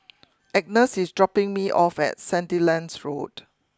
Agnes is dropping me off at Sandilands Road